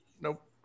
Nope